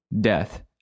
death